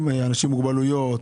אנשים עם מוגבלויות,